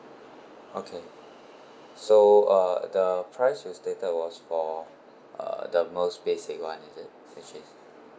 okay so uh the price you stated was for uh the most basic one is it which is